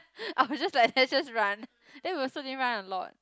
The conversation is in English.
I was just like there just run then we also didn't run a lot